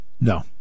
no